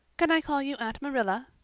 can i call you aunt marilla?